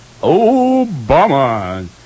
Obama